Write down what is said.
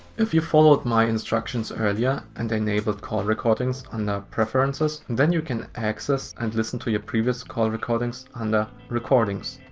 if you followed my instructions earlier and enabled call recordings under preferences then you can access and listen to your previous call recordings under recordings.